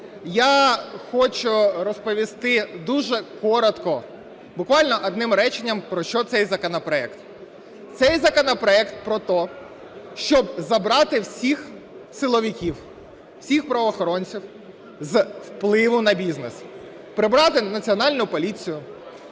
Я хочу розповісти дуже коротко, буквально одним реченням, про що цей законопроект. Цей законопроект про те, щоб забрати всіх силовиків, всіх правоохоронців з впливу на бізнес. Прибрати Національну поліцію,